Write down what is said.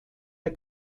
der